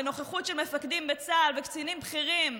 בנוכחות של מפקדים בצה"ל וקצינים בכירים,